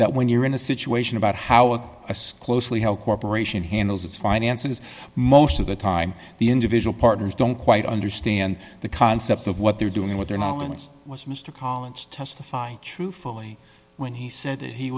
that when you're in a situation about how closely held corporation handles its finances most of the time the individual partners don't quite understand the concept of what they're doing what their knowledge was mr collins testify truthfully when he said that he